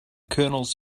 kernels